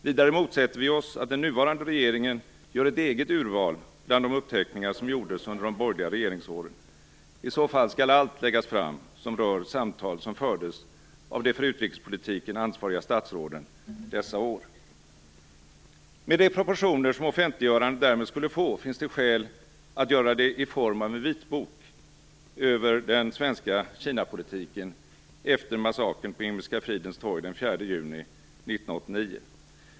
Vidare motsätter vi oss att den nuvarande regeringen gör ett eget urval bland de uppteckningar som gjordes under de borgerliga regeringsåren. I så fall skall allt läggas fram som rör samtal som fördes av de för utrikespolitiken ansvariga statsråden dessa år. Med de proportioner som offentliggörandet därmed skulle få finns det skäl att göra det i form av en vitbok över den svenska Kinapolitiken efter massakern på Himmelska fridens torg den 4 juni 1989.